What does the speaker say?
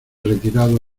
retirados